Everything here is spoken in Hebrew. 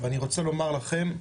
ואני רוצה לומר לכם,